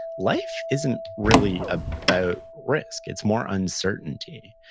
life isn't really ah about risk. it's more uncertainty,